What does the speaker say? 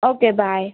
okay bye